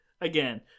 again